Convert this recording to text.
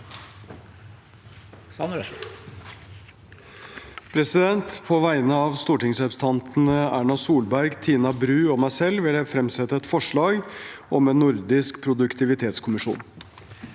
På vegne av stor- tingsrepresentantene Erna Solberg, Tina Bru og meg selv vil jeg fremsette et forslag om en nordisk produktivitetskommisjon.